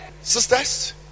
Sisters